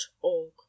org